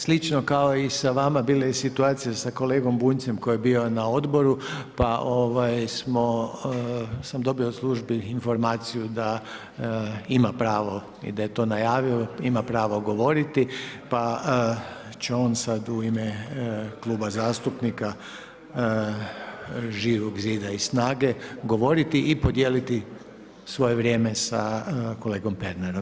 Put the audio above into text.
Slično kao i sa vama bila je situacija sa kolegom Bunjcem koji je bio na odboru, pa ovaj, sam dobio od službi informaciju da ima pravo i da je to najavio, ima pravo govoriti, pa će ona sad u ime Kluba zastupnika Živog zida i SNAGA-e govoriti i podijeliti svoje vrijeme sa kolegom Pernarom.